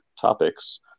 topics